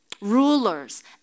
rulers